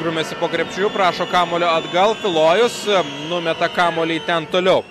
grumiasi po krepšiu prašo kamuolio atgal tulojus numeta kamuolį ten toliau